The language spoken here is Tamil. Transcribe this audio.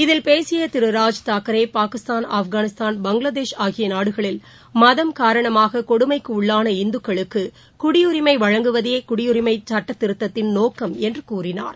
இதில் பேசியதிரு ராஜ்தாக்கரே பாகிஸ்தான் ஆப்கானிஸ்தான் பங்களாதேஷ் ஆகியநாடுகளில் மதம் காரணமாககொடுமைக்குள்ளான இந்துக்களுக்குகுடியுரிமைவழங்குவதேகுடியுரிமைசட்டத்திருத்தத்தின் நோக்கம் என்றுகூறினார்